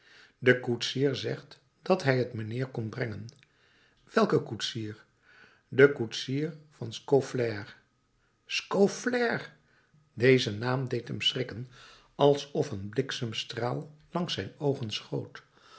de koetsier zegt dat hij t mijnheer komt brengen welke koetsier de koetsier van scaufflaire scaufflaire deze naam deed hem schrikken alsof een bliksemstraal langs zijn oogen schoot